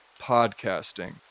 podcasting